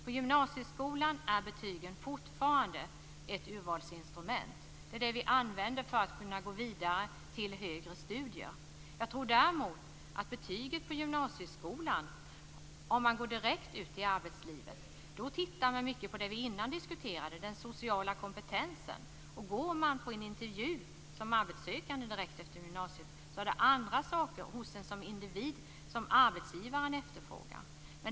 På gymnasieskolan är betygen fortfarande ett urvalsinstrument. Dem använder vi för att kunna gå vidare till högre studier. Om man däremot går direkt ut i arbetslivet tittar man mera på det vi diskuterade innan, den sociala kompetensen. Går man på en intervju som arbetssökande direkt efter gymnasiet är det andra egenskaper hos en som individ som arbetsgivaren efterfrågar.